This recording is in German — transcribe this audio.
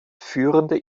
führende